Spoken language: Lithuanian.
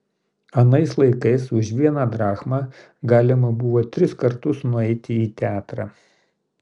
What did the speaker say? anais laikais už vieną drachmą galima buvo tris kartus nueiti į teatrą